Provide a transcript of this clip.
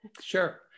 Sure